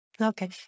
Okay